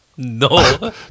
No